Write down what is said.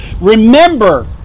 remember